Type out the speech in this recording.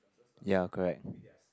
ya correct